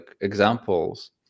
examples